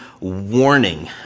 warning